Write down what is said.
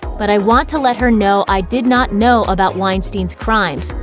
but i want to let her know i did not know about weinstein's crimes,